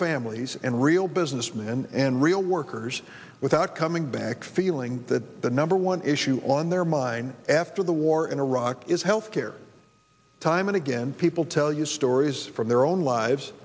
families and real businessmen and real workers without coming back feeling that the number one issue on their mind after the war in iraq is health care time and again people tell you stories from their own lives